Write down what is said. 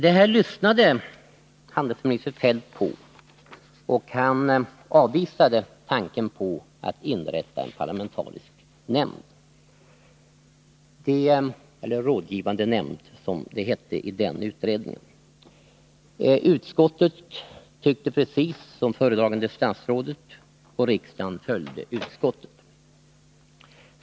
Det här lyssnade handelsminister Feldt på, och han avvisade tanken på att inrätta en rådgivande parlamentarisk nämnd. Utskottet tyckte precis som det föredragande statsrådet, och riksdagen följde utskottet.